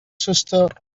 sister